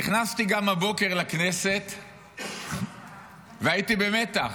נכנסתי גם הבוקר לכנסת והייתי במתח.